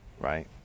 right